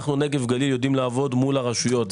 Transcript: אנחנו נגב גליל יודעים לעבוד מול הרשויות.